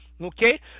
okay